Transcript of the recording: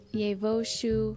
Yevoshu